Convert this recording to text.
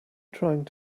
trying